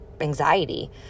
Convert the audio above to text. anxiety